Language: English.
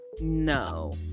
no